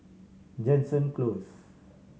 Jansen Close